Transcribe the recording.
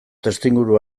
testuinguru